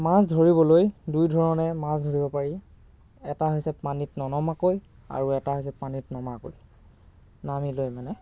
মাছ ধৰিবলৈ দুই ধৰণে মাছ ধৰিব পাৰি এটা হৈছে পানীত ননমাকৈ আৰু এটা হৈছে পানীত নমাকৈ নামি লৈ মানে